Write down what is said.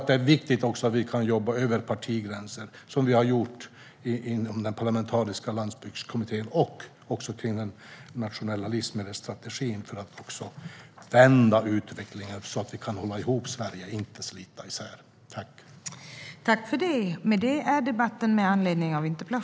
Det är viktigt att vi kan jobba över partigränserna, så som vi har gjort inom Parlamentariska landsbygdskommittén och även när det gäller den nationella livsmedelsstrategin, för att vända utvecklingen så att vi kan hålla ihop Sverige, inte slita isär det.